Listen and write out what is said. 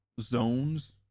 zones